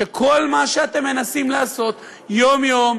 שכל מה שאתם מנסים לעשות יום-יום,